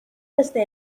desde